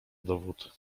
dowód